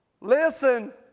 Listen